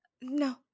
no